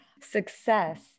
success